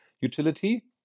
utility